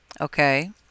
Okay